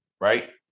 right